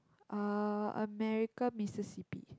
uh America Mississipi